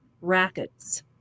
rackets